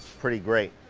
pretty great.